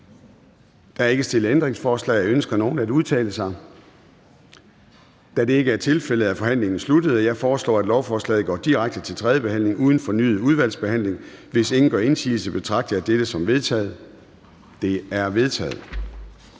Der er ikke stillet ændringsforslag. Ønsker nogen at udtale sig? Da det ikke er tilfældet, er forhandlingen sluttet. Jeg foreslår, at lovforslaget går direkte til tredje behandling uden fornyet udvalgsbehandling, og hvis ingen gør indsigelse, betragter jeg dette som vedtaget. Det er vedtaget.